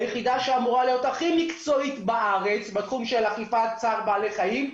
שאמורה להיות הכי מקצועית בארץ בתחום אכיפת צער בעל חיים,